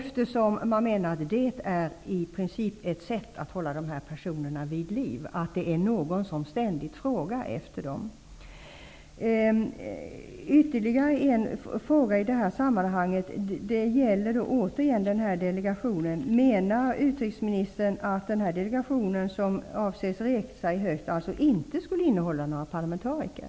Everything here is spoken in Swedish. Att ständigt fråga efter dem är i princip ett sätt att hålla dessa personer vid liv. Jag vill också ställa en fråga. Menar utrikesministern att den delegation som avses resa i höst inte skall innehålla några parlamentariker?